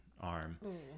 arm